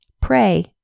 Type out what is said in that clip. Pray